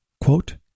quote